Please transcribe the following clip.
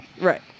Right